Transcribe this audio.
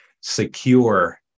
secure